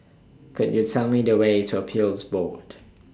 Could YOU Tell Me The Way to Appeals Board